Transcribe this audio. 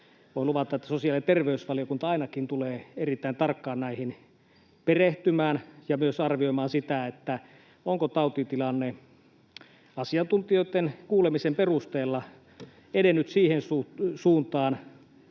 Voin luvata, että sosiaali- ja terveysvaliokunta ainakin tulee erittäin tarkkaan näihin perehtymään ja myös arvioimaan sitä, onko tautitilanne asiantuntijoitten kuulemisen perusteella edennyt siihen suuntaan